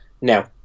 Now